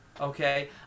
okay